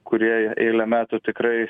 kurie eilę metų tikrai